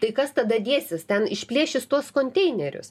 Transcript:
tai kas tada dėsis ten išplėšys tuos konteinerius